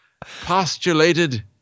postulated